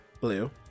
Blue